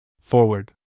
Forward